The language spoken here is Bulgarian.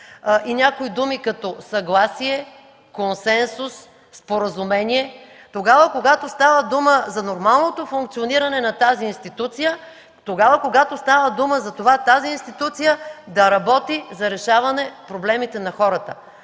и някои думи като „съгласие”, „консенсус”, „споразумение”, тогава когато става дума за нормалното функциониране на тази институция, тогава когато става дума за това тази институция да работи за решаване проблемите на хората.